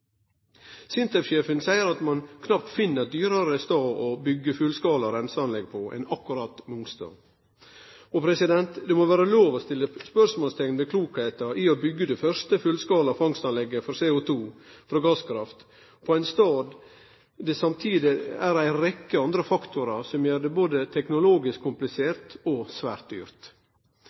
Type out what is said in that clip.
SINTEF-sjefen seier at ein knapt finn ein dyrare stad å byggje fullskala reinseanlegg enn akkurat Mongstad. Det må vere lov å setje spørsmålsteikn ved klokskapen i å byggje det første fullskala fangstanlegget for CO2 frå gasskraft på ein stad der det samtidig er ei rekkje faktorar som gjer det både teknologisk komplisert og svært dyrt.